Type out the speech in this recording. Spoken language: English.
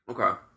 Okay